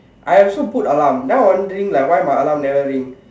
I also put alarm then I wondering why my alarm never ring